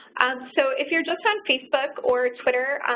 so if you're just on facebook or twitter,